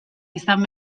izan